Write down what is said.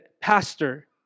Pastor